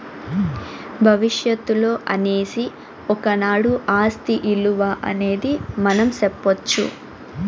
భవిష్యత్తులో అనేసి ఒకనాడు ఆస్తి ఇలువ అనేది మనం సెప్పొచ్చు